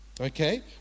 Okay